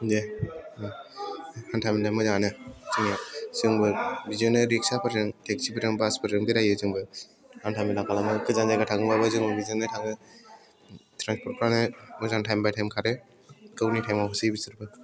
बिदिनो हान्था मेलाया मोजाङानो जोंबो बिदिनो रिक्साफोरजों टेक्सिफोरजों बासफोरजों बेरायो जोंबो हान्था मेला खालामब्ला गोजान जायगा थाङोब्लाबो जोङो बेजोंनो थाङो ट्रेन्सपर्टफ्रानो मोजां टाइम बाय टाइम खारो गावनि टाइमाव होसोयो बिसोरबो